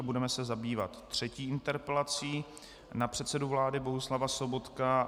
Budeme se zabývat třetí interpelací na předsedu vlády Bohuslava Sobotku.